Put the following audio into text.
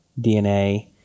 DNA